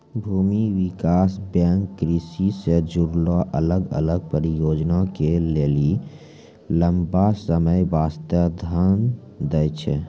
भूमि विकास बैंक कृषि से जुड़लो अलग अलग परियोजना के लेली लंबा समय बास्ते धन दै छै